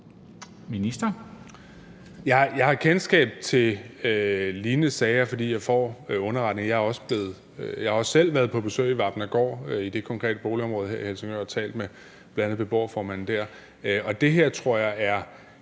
Jeg har kendskab til lignende sager, fordi jeg får underretninger. Jeg har også selv været på besøg i Vapnagaard i det konkrete boligområde i Helsingør og bl.a. talt med beboerformanden der. Jeg tror, at